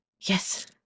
Yes